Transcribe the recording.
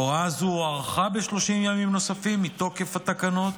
הוראה זו הוארכה ב-30 ימים נוספים מתוקף התקנות,